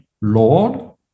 Lord